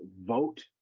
vote